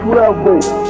level